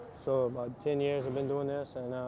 so, about ten years, i've been doing this and,